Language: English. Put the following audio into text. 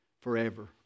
forever